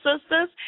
Sisters